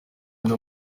undi